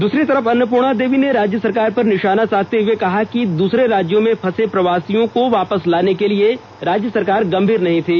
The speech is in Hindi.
दूसरी तरफ अन्नपूर्णा देवी ने राज्य सरकार पर निषाना साधा और कहा कि दूसरे राज्यों में फंसे प्रवासी को वापस लाने के लिए राज्य सरकार गंभीर नहीं थी